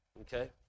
okay